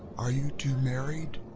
are you two married?